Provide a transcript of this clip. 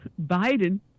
Biden